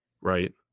Right